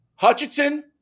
Hutchinson